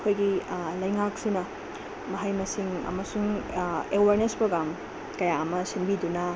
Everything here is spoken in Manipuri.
ꯑꯩꯈꯣꯏꯒꯤ ꯂꯩꯉꯥꯛꯁꯤꯅ ꯃꯍꯩ ꯃꯁꯤꯡ ꯑꯃꯁꯨꯡ ꯑꯦꯋꯥꯔꯅꯦꯁ ꯄ꯭ꯔꯣꯒ꯭ꯔꯥꯝ ꯀꯌꯥ ꯑꯃ ꯁꯤꯟꯕꯤꯗꯨꯅ